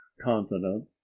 continent